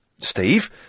Steve